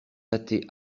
athées